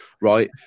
right